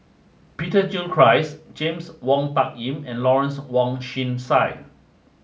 Peter Gilchrist James Wong Tuck Yim and Lawrence Wong Shyun Tsai